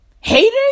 Haters